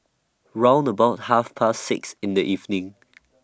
round about Half Past six in The evening